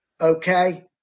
Okay